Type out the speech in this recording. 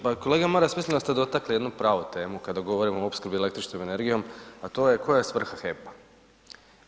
Pa kolega Maras, mislim da ste dotakli jednu pravu temu kada govorimo o opskrbi električnom energijom, a to je koja je svrha HEP-a?